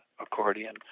accordion